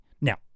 Now